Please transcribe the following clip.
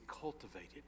cultivated